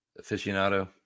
aficionado